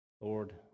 Lord